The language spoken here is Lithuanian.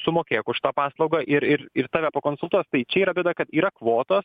sumokėk už tą paslaugą ir ir ir tave pakonsultuos tai čia yra bėda kad yra kvotos